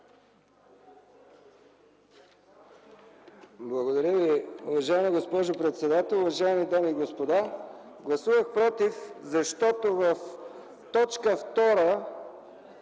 Благодаря Ви. Уважаема госпожо председател, уважаеми дами и господа! Гласувах „против”, защото в т. 2 на